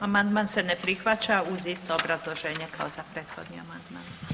Amandman se ne prihvaća uz isto obrazloženje kao za prethodni amandman.